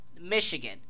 Michigan